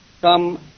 come